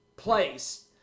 place